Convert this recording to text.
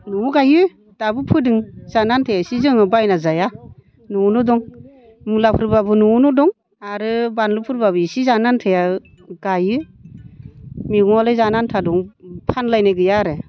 न'आव गायो दाबो फोदों जानो आनथाया एसे जोङो बायना जाया न'आवनो दं मुलाफोरबाबो न'आवनो दं आरो बानलुफोरबाबो एसे जानो आन्थाया गायो मैगङालाय जानो आन्था दं फानलायनाय गैया आरो